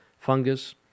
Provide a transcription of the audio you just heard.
fungus